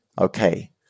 okay